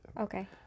Okay